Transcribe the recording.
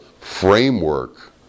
framework